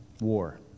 war